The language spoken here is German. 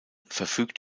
verfügt